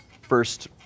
first